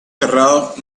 cerrados